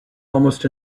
almost